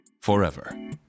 Forever